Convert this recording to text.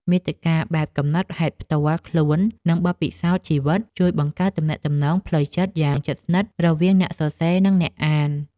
មាតិកាបែបកំណត់ហេតុផ្ទាល់ខ្លួន និងបទពិសោធន៍ជីវិត ជួយបង្កើតទំនាក់ទំនងផ្លូវចិត្តយ៉ាងជិតស្និទ្ធរវាងអ្នកសរសេរ និងអ្នកអាន។